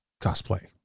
cosplay